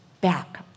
back